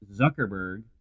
Zuckerberg